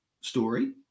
story